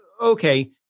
okay